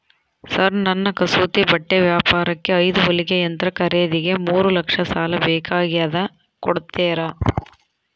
Sir ನನ್ನ ಕಸೂತಿ ಬಟ್ಟೆ ವ್ಯಾಪಾರಕ್ಕೆ ಐದು ಹೊಲಿಗೆ ಯಂತ್ರ ಖರೇದಿಗೆ ಮೂರು ಲಕ್ಷ ಸಾಲ ಬೇಕಾಗ್ಯದ ಕೊಡುತ್ತೇರಾ?